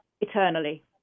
eternally